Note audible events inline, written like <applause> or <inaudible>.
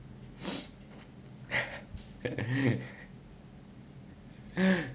<laughs>